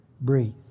Breathe